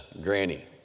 granny